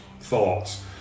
thoughts